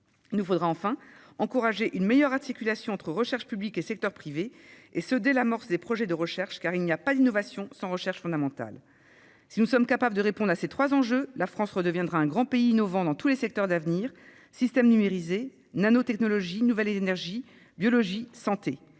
Il nous faudra enfin favoriser une meilleure articulation entre recherche publique et secteur privé, et ce dès l'amorce des projets de recherche, car il n'y a pas d'innovation sans recherche fondamentale. Si nous sommes capables de répondre à ces trois enjeux, la France redeviendra un grand pays innovant dans tous les secteurs d'avenir- systèmes numérisés, nanotechnologies, nouvelles énergies, biologie, santé